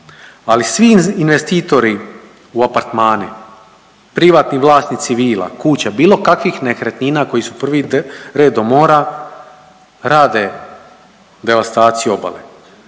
ali svi investitori u apartmane, privatni vlasnici vila, kuća, bilo kakvih nekretnina koji su prvi red do mora rade devastaciju obale,